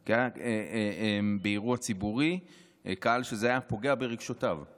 כי היה קהל שזה היה פוגע ברגשותיו באירוע ציבורי.